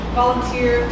volunteer